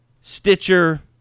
Stitcher